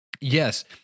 Yes